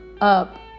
up